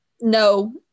no